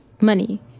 money